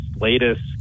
latest